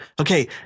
okay